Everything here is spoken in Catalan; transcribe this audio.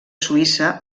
suïssa